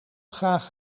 graag